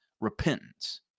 repentance